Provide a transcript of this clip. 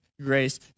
grace